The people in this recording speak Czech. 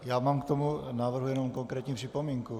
Já mám k tomu návrhu jenom konkrétní připomínku.